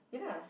ya lah